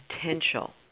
potential